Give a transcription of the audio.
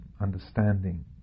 understanding